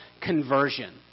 conversion